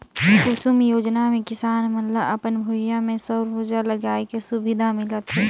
कुसुम योजना मे किसान मन ल अपन भूइयां में सउर उरजा लगाए के सुबिधा मिलत हे